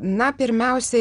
na pirmiausiai